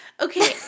Okay